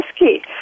risky